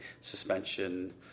suspension